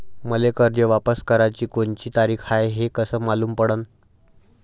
मले कर्ज वापस कराची कोनची तारीख हाय हे कस मालूम पडनं?